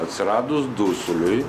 atsiradus dusuliui